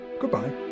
goodbye